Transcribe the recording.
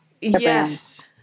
Yes